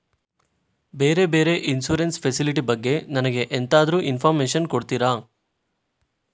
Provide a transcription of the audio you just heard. ಬೇರೆ ಬೇರೆ insurance facility ಬಗ್ಗೆ ನನಗೆ ಎಂತಾದ್ರೂ ಇನ್ಫೋರ್ಮೇಷನ್ ಕೊಡ್ತೀರಾ?